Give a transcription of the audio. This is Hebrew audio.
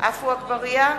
עפו אגבאריה,